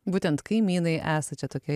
būtent kaimynai esat čia tokie